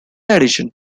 addition